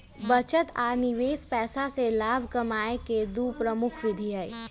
बचत आ निवेश पैसा से लाभ कमाय केँ दु प्रमुख विधि हइ